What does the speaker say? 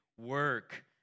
work